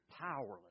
powerless